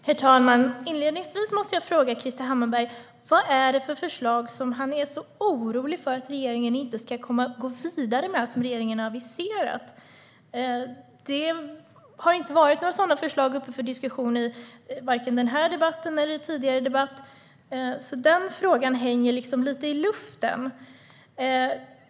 Herr talman! Inledningsvis måste jag fråga Krister Hammarbergh vad det är för förslag som regeringen har aviserat men som han är så orolig för att regeringen inte ska komma att gå vidare med. Det har inte varit några sådana förslag uppe vare sig i den här debatten eller i tidigare debatt, så den frågan hänger liksom lite i luften.